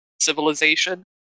civilization